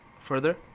further